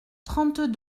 trente